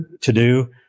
to-do